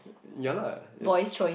ya lah it's